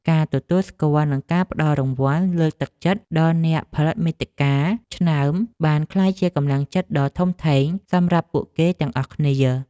ការទទួលស្គាល់ និងការផ្ដល់រង្វាន់លើកទឹកចិត្តដល់អ្នកផលិតមាតិកាលឆ្នើមបានក្លាយជាកម្លាំងចិត្តដ៏ធំធេងសម្រាប់ពួកគេទាំងអស់គ្នា។